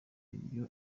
ibyo